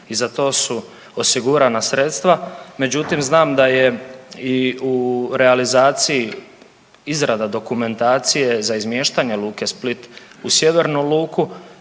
i za to su osigurana sredstva. Međutim, znam da je i u realizaciji izrada dokumentacije za izmještanje luke Split u sjevernu luku.